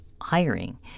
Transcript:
hiring